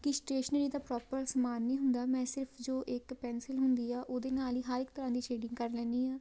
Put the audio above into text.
ਕਿ ਸਟੇਸ਼ਨਰੀ ਦਾ ਪ੍ਰੋਪਰ ਸਮਾਨ ਨਹੀਂ ਹੁੰਦਾ ਮੈਂ ਸਿਰਫ਼ ਜੋ ਇੱਕ ਪੈਨਸਿਲ ਹੁੰਦੀ ਆ ਉਹਦੇ ਨਾਲ ਹੀ ਹਰ ਇੱਕ ਤਰ੍ਹਾਂ ਦੀ ਸ਼ੇਡਿੰਗ ਕਰ ਲੈਂਦੀ ਹਾਂ